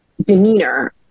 demeanor